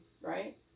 right